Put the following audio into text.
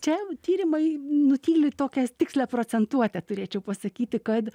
čia jau tyrimai nutyli tokią tikslią procentuotę turėčiau pasakyti kad